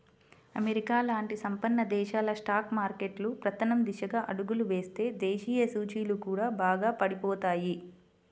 America లాంటి సంపన్న దేశాల స్టాక్ మార్కెట్లు పతనం దిశగా అడుగులు వేస్తే దేశీయ సూచీలు కూడా బాగా పడిపోతాయి